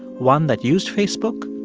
one that used facebook,